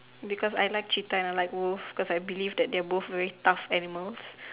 because I like cheetah and I like wolf cause I believe that they are both very tough animals